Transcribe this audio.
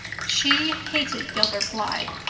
she hated gilbert blythe!